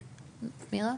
מירה?